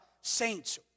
saints